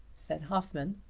said hoffmann.